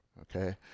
okay